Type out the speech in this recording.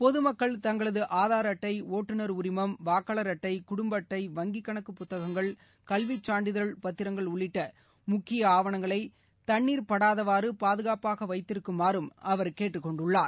பொதுமக்கள் தங்களது ஆதார் அட்டை ஒட்டுநர் உரிமம் வாக்காளர் அட்டை குடும்ப அட்ளட வங்கிக் கணக்குப் புத்தகங்கள் கல்விச் சான்றிதழ் மற்றம் சொத்து பத்திரங்க ஆவணங்களை தண்ணீர் படாதவாறு பாதுகாப்பாக வைத்திருக்குமாறும் அவர் கேட்டுக் கொண்டுள்ளார்